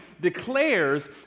declares